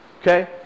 Okay